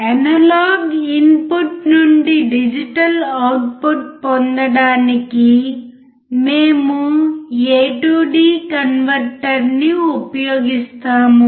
analogue input నుండి digital output పొందడానికి మేము a to d కన్వర్టర్ని ఉపయోగిస్తాము